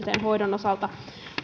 hoidon osalta